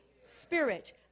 Spirit